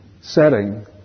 setting